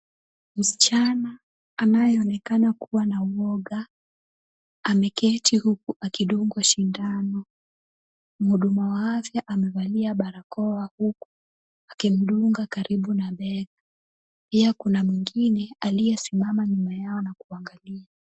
Msichana anayeonekana kuwa na uoga ameketi huku akidungwa sindano. Mhudumu wa afya amevalia barakoa, huku akimdunga karibu na bega, pia kuna mwingine aliyesimama nyuma yao na kuangalia.